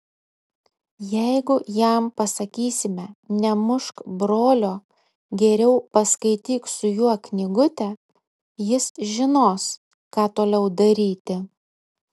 jeigu jam pasakysime nemušk brolio geriau paskaityk su juo knygutę jis žinos ką toliau daryti